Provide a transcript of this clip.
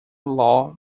law